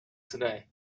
today